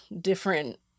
different